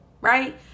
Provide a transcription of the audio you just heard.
Right